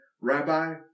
Rabbi